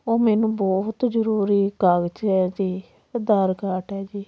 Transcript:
ਉਹ ਮੈਨੂੰ ਬਹੁਤ ਜ਼ਰੂਰੀ ਕਾਗਜ਼ ਹੈ ਜੀ ਆਧਾਰ ਕਾਰਟ ਹੈ ਜੀ